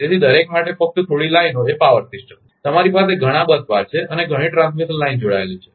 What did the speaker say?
તેથી દરેક માટે ફક્ત થોડીક લાઇનો એ પાવર સિસ્ટમ છે તમારી પાસે ઘણા બસ બાર છે અને ઘણી ટ્રાન્સમિશન લાઇન જોડાયેલ છે